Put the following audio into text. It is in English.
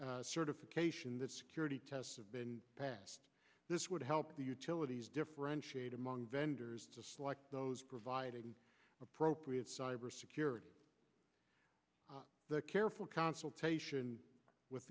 that certification that security tests have been passed this would help the utilities differentiate among vendors like those providing appropriate cybersecurity the careful consultation with